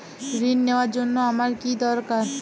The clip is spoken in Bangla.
ঋণ নেওয়ার জন্য আমার কী দরকার?